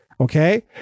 okay